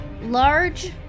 Large